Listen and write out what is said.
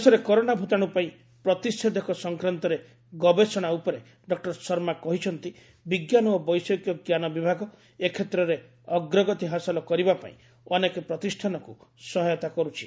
ଦେଶରେ କରୋନା ଭୂତାଣୁ ପାଇଁ ପ୍ରତିଷେଧକ ସଂକ୍ରାନ୍ତରେ ଗବେଷଣା ଉପରେ ଡକ୍କର ଶର୍ମା କହିଛନ୍ତି ବିଜ୍ଞାନ ଓ ବୈଷୟିକଜ୍ଞାନ ବିଭାଗ ଏ କ୍ଷେତ୍ରରେ ଅଗ୍ରଗତି ହାସଲ କରିବା ପାଇଁ ଅନେକ ପ୍ରତିଷ୍ଠାନକୁ ସହାୟତା କରୁଛି